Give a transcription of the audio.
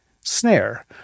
snare